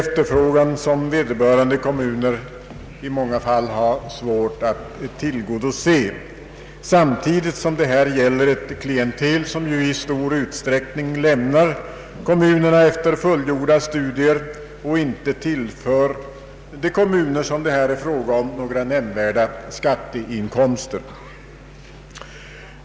Kommunerna har i många fall svårt att tillgodose denna efterfrågan. Samtidigt gäller det här ett klientel som i stor utsträckning lämnar universitetsorterna efter fullgjorda studier och inte tillför de kommuner som det är fråga om några nämnvärda skatteinkomster.